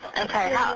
Okay